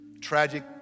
tragic